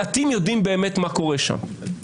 מעטים יודעים באמת מה קורה שם.